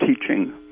teaching